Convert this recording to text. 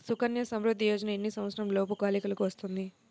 సుకన్య సంవృధ్ది యోజన ఎన్ని సంవత్సరంలోపు బాలికలకు వస్తుంది?